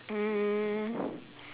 um